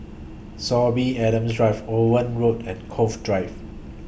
Sorby Adams Drive Owen Road and Cove Drive